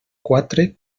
quatre